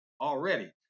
already